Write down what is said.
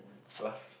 last